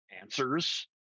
answers